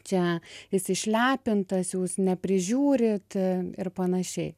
čia jis išlepintas jūs neprižiūrit ir panašiai